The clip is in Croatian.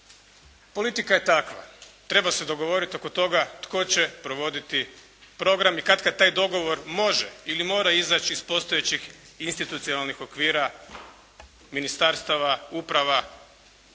Politika je takva. Treba se dogovoriti oko toga tko će provoditi program i katkad taj dogovor može ili mora izaći iz postojećih institucionalnih okvira, ministarstava, uprava.